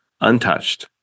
untouched